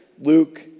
Luke